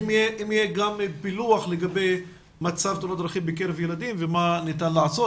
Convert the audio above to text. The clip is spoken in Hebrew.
-- אם יהיה פילוח לגבי מצב תאונות הדרכים בקרב ילדים ומה ניתן לעשות.